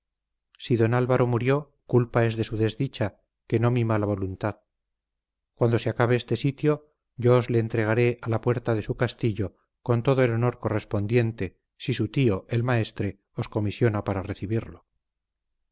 si don álvaro murió culpa es de su desdicha que no mi mala voluntad cuando se acabe este sitio yo os le entregaré a la puerta de su castillo con todo el honor correspondiente si su tío el maestre os comisiona para recibirlo